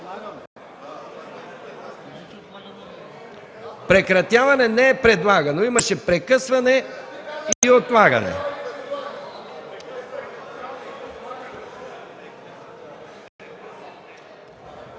„Прекратяване” не е предлагано. Имаше прекъсване. И отлагане.